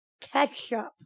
Ketchup